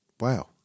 Wow